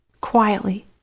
quietly